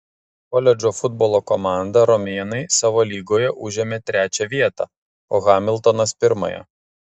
koledžo futbolo komanda romėnai savo lygoje užėmė trečią vietą o hamiltonas pirmąją